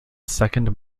second